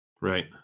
right